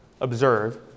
observe